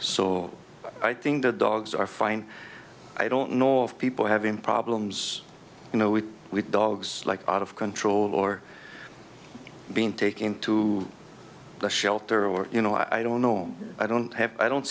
so i think the dogs are fine i don't nor of people having problems you know with with dogs like out of control or being taken to the shelter or you know i don't know i don't have i don't